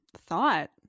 thought